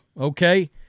okay